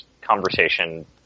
conversation